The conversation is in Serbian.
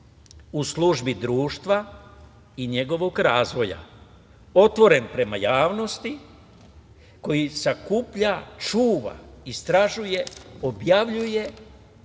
u službi društva i njegovog razvoja, otvoren prema javnosti, koji sakuplja, čuva, istražuje, objavljuje